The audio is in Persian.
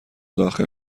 داخل